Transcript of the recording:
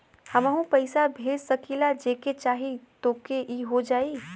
हमहू पैसा भेज सकीला जेके चाही तोके ई हो जाई?